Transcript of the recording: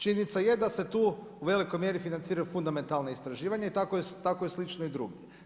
Činjenica je da se tu u velikoj mjeri financiraju fundamentalna istraživanja i tako je slično i drugdje.